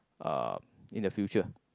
uh in the future